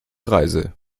reise